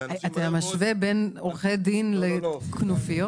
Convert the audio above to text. אתה משווה בין עורכי דין לכנופיות?